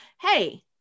Hey